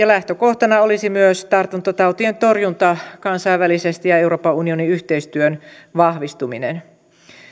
lähtökohtana olisi myös tartuntatautien torjunta kansainvälisesti ja euroopan unionin yhteistyön vahvistuminen